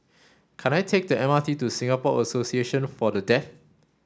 can I take the M R T to Singapore Association For The Deaf